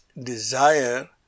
desire